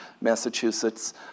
Massachusetts